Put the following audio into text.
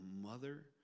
mother